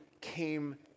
came